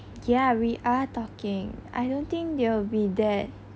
ya we are talking I don't think they'll be that